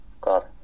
God